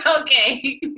Okay